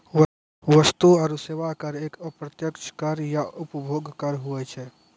वस्तु आरो सेवा कर एक अप्रत्यक्ष कर या उपभोग कर हुवै छै